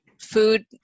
food